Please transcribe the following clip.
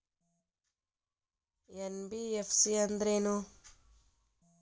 NBFC ಅಂದ್ರೇನು?